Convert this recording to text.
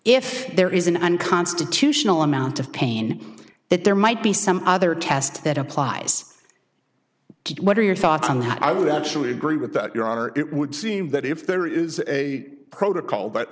if there is an unconstitutional amount of pain that there might be some other test that applies what are your thoughts on that i would actually agree with that your honor it would seem that if there is a protocol but